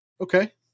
Okay